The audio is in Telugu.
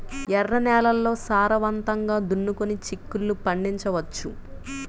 ఎర్ర నేలల్లో సారవంతంగా దున్నుకొని చిక్కుళ్ళు పండించవచ్చు